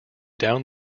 down